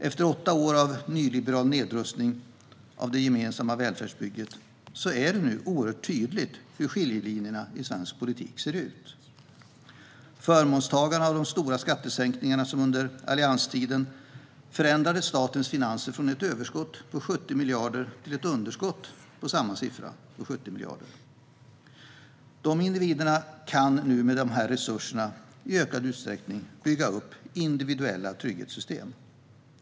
Efter åtta år av nyliberal nedrustning av det gemensamma välfärdsbygget är det nu oerhört tydligt hur skiljelinjerna i svensk politik ser ut. Förmånstagarna av de stora skattesänkningarna, som under allianstiden förändrade statens finanser från ett överskott på 70 miljarder till ett underskott på 70 miljarder, kan nu med dessa resurser i ökad utsträckning bygga upp individuella trygghetssystem.